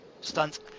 stunts